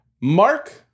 Mark